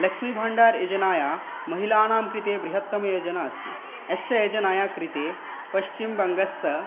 लक्ष्मीभाण्डार्योजना महीलानां कृते बृहत्तमयोजना अस्ति अस्याः योजनायाः कृते पश्चिमबङ्गस्य